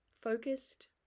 focused